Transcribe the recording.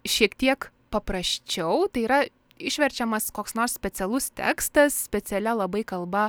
šiek tiek paprasčiau tai yra išverčiamas koks nors specialus tekstas specialia labai kalba